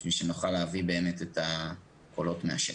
כדי שנוכל להביא את הקולות מהשטח.